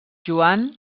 joan